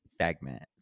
segment